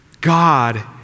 God